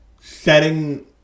setting